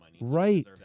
Right